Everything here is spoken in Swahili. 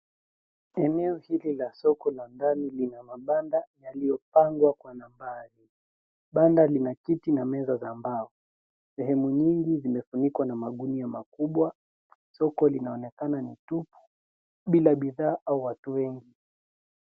Eneo hili la soko la ndani lina mabanda yaliyopangwa kwa nambari. Banda lina kiti na meza za mbao. Sehemu nyingi zimefunikwa na magunia makubwa. Soko linaonekana ni tupu, bila bidhaa au watu wengi.